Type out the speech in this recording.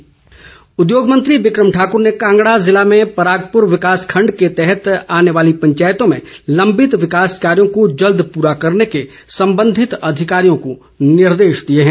बिक्रम ठाकुर उद्योग मंत्री बिक्रम ठाकुर ने कांगड़ा ज़िले में परागपुर विकास खंड के तहत आने वाली पंचायतों में लंबित विकास कार्यों जल्द पूरा करने के संबंधित अधिकारियों को निर्देश दिए हैं